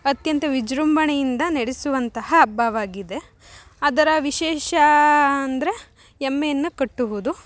ಅತ್ಯಂತ ವಿಜೃಂಭಣೆಯಿಂದ ನಡೆಸುವಂತಹ ಹಬ್ಬವಾಗಿದೆ ಅದರ ವಿಶೇಷ ಅಂದರೆ ಎಮ್ಮೆಯನ್ನು ಕಟ್ಟುವುದು